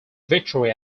victory